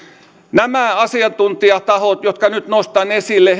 nämä asiantuntijatahot jotka nyt nostan esille